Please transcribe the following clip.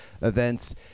events